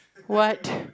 what